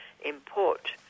import